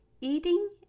eating